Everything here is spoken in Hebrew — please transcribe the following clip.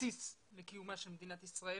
בסיס לקיומה של מדינת ישראל.